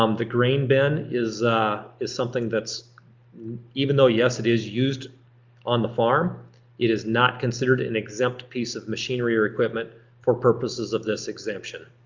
um the grain bin is is something that's even though yes it is used on the farm it is not considered an and exempt piece of machinery or equipment for purposes of this exemption.